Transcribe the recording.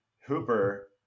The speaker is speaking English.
Hooper